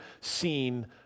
seen